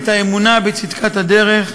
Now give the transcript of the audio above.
את האמונה בצדקת הדרך,